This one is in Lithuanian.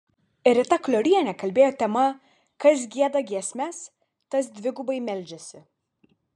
rita kliorienė kalbėjo tema kas gieda giesmes tas dvigubai meldžiasi